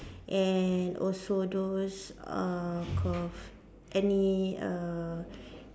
and also those uh cause any err